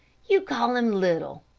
you call him little,